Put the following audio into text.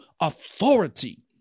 authority